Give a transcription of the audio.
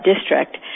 district